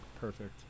Perfect